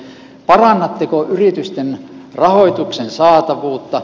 parannatteko yritysten rahoituksen saatavuutta